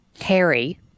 Harry